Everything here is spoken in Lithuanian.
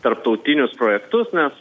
tarptautinius projektus nes